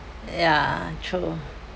ya true